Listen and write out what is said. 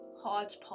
hodgepodge